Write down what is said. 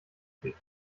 eklig